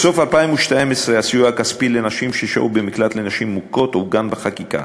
בסוף 2012 הסיוע הכספי לנשים ששהו במקלט לנשים מוכות עוגן בחקיקה,